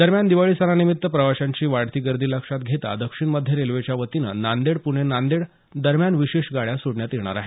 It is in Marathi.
दरम्यान दिवाळी सणानिमित्त प्रवाशांची वाढती गर्दी लक्षात घेता दक्षिण मध्य रेल्वेच्या वतीनं नांदेड प्रणे नांदेड दरम्यान विशेष गाड्या सोडण्यात येणार आहेत